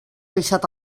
baixat